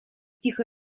тихо